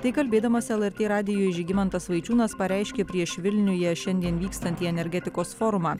tai kalbėdamas lrt radijui žygimantas vaičiūnas pareiškė prieš vilniuje šiandien vykstantį energetikos forumą